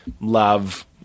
love